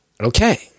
Okay